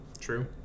True